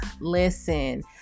Listen